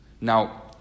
Now